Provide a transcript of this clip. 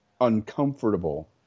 uncomfortable